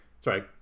sorry